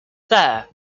there